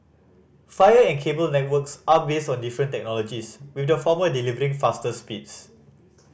fire and cable networks are based on different technologies with the former delivering faster speeds